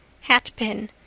Hat-pin